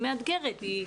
מאתגרת,